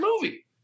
movie